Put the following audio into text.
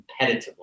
competitively